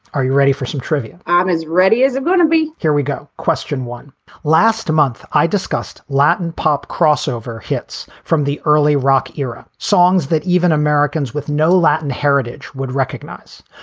are you ready for some trivia? i'm as ready as i'm going to be. here we go. question one last month i discussed latin pop crossover hits from the early rock era songs that even americans with no latin heritage would recognize.